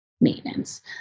maintenance